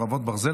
חרבות ברזל),